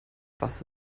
was